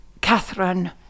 Catherine